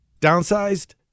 Downsized